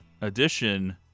edition